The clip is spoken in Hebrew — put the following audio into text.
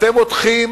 אתם מותחים